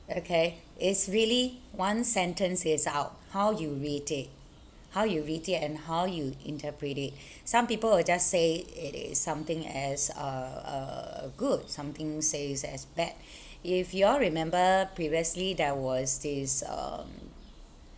okay it's really one sentence is out how you rate it how you rate it and how you interpret it some people will just say it is something as uh uh good something says as bad if you all remember previously there was this um